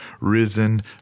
risen